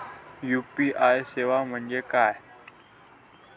UPI सेवा म्हणजे काय?